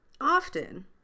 Often